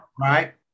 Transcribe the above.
Right